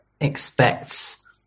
expects